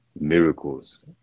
miracles